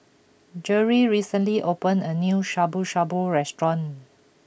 Jeri recently opened a new Shabu Shabu restaurant